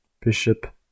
Bishop